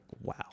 wow